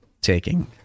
taking